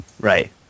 Right